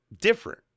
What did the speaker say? different